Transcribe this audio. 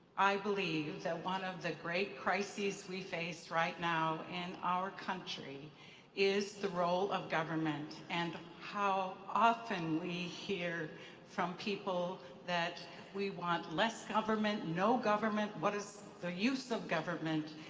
i believe that one of the great crises we face right now in our country is the role of government, and how often we hear from people that we want less government, no government, what is the use of government.